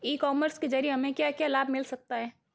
ई commerce के ज़रिए हमें क्या क्या लाभ मिल सकता है?